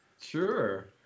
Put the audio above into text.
Sure